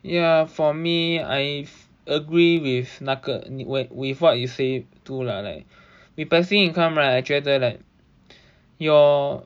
ya for me I agree with 那个 wi~ with what you say too lah like with passive income right 我觉得 like your